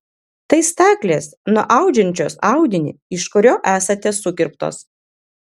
tai staklės nuaudžiančios audinį iš kurio esate sukirptos